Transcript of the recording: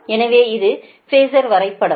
எனவே இது ஃபேஸர் வரைபடம்